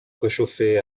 préchauffé